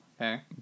okay